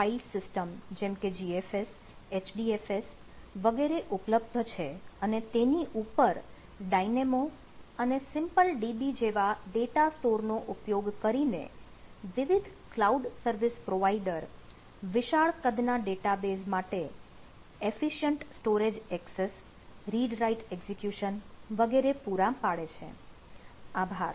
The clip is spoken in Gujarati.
વિવિધ file system જેમકે GFS HDFS વગેરે ઉપલબ્ધ છે અને તેની ઉપર Dynamo અને simpleDB જેવા ડેટા સ્ટોર નો ઉપયોગ કરીને વિવિધ cloud સર્વિસ પ્રોવાઇડર વિશાળ કદના ડેટાબેઝ માટે efficient storage access read write execution વગેરે પૂરા પાડે છે